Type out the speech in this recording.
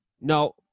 No